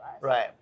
Right